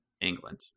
England